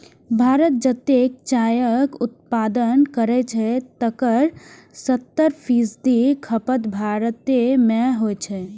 भारत जतेक चायक उत्पादन करै छै, तकर सत्तर फीसदी खपत भारते मे होइ छै